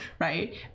right